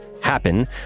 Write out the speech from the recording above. happen